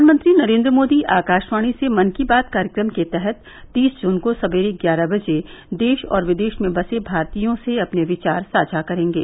प्रधानमंत्री नरेन्द्र मोदी आकाशवाणी से मन की बात कार्यक्रम के तहत तीस जून को सवेरे ग्यारह बजे देश और विदेश में बसे भारतीयों से अपने विचार साझा करेंगे